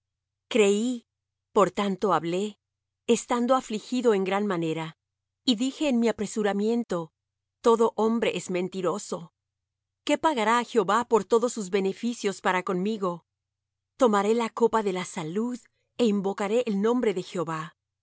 creí por tanto hablé estando afligido en gran manera y dije en mi apresuramiento todo hombre es mentiroso qué pagaré á jehová por todos sus beneficios para conmigo tomaré la copa de la salud e invocaré el nombre de jehová